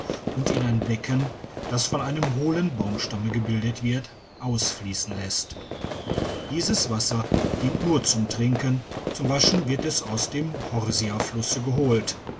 und in ein becken das von einem hohlen baumstamme gebildet wird ausfliessen lässt dieses wasser dient nur zum trinken zum waschen wird es aus dem horsiaflusse geholt